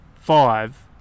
five